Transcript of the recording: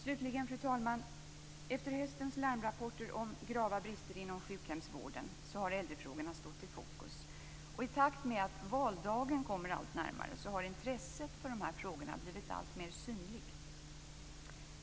Slutligen vill jag säga att efter höstens larmrapporter om grava brister inom sjukhemsvården har äldrefrågorna stått i fokus. I takt med att valdagen kommer allt närmare har intresset för de här frågorna blivit alltmer synligt.